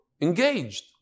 Engaged